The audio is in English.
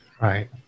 right